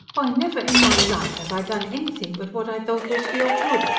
why, never in my life have i done anything but what i thought was for your good.